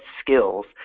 skills